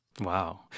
Wow